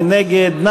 מי נגד?